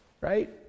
right